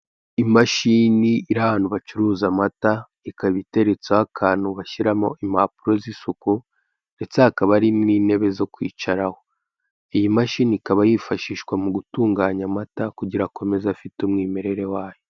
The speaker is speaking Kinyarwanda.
Imashini iri ahantu bacuruza amata ikaba iteretseho akantu bashyiramo impapuro z'isuku ndetse hakaba hari n'intebe zo kwicaraho. Iyi mashini ikaba yifashishwa mu gutunganya amata kugira akomeza afite umwimerere wayo.